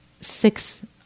six